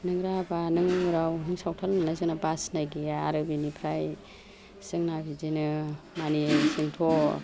नों राभा नों उराव नों सावथाल होन्नाय जोंना बासिनाय गैया आरो बिनिफ्राय जोंना बिदिनो मानि जोंथ'